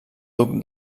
duc